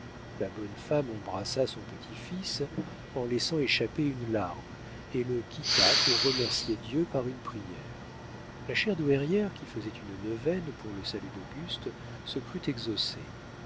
la bonne femme embrassa son petit-fils en laissant échapper une larme et le quitta pour remercier dieu par une prière la chère douairière qui faisait une neuvaine pour le salut d'auguste se crut exaucée